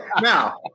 Now